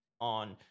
on